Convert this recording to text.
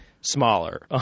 smaller